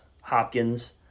Hopkins